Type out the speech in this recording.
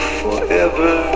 forever